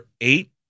eight